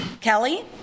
Kelly